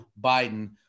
Biden